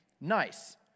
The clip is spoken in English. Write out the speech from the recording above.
nice